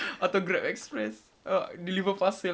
atau Grab express uh deliver parcel